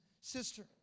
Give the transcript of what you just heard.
sister